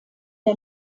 der